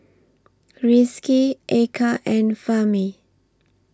Rizqi Eka and Fahmi